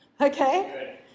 Okay